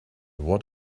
what